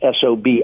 SOB